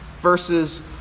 versus